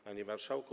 Panie Marszałku!